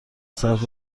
صرف